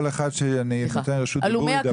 כל אחד שאני נותן לו רשות דיבור, ידבר.